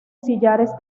sillares